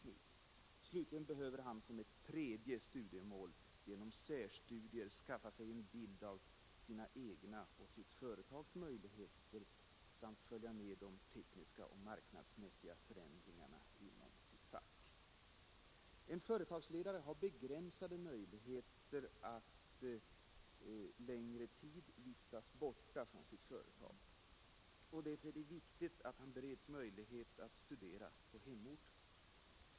Slutligen behöver han som ett tredje studiemål genom särstudier skaffa sig en bild av sina egna och sitt företags möjligheter samt följa med de tekniska och marknadsmässiga förändringarna inom sitt fack. En företagsledare har begränsade möjligheter att längre tid vistas borta från sitt företag. Därför är det viktigt att han bereds möjlighet att studera på hemorten.